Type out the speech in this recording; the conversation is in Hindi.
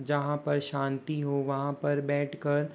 जहाँ पर शांति हो वहाँ पर बैठकर